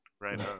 right